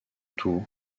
tour